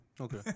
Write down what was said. Okay